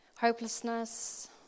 Hopelessness